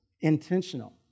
Intentional